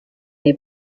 nei